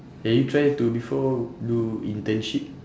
have you tried to before do internship